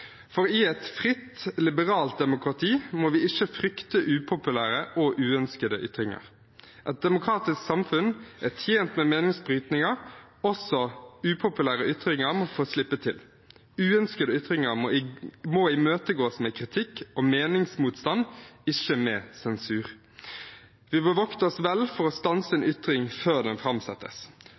For i et fritt, liberalt demokrati må vi ikke frykte upopulære og uønskede ytringer. Et demokratisk samfunn er tjent med meningsbrytninger; også upopulære ytringer må få slippe til. Uønskede ytringer må imøtegås med kritikk og meningsmotstand, ikke med sensur. Vi bør vokte oss vel for å stanse en ytring før den framsettes.